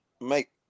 make